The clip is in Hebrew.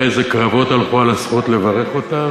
אתה יודע איזה קרבות הלכו על הזכות לברך אותה?